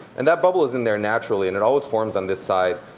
and that bubble is in there naturally and it always forms on this side.